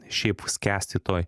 šiaip skęsti toj